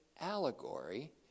allegory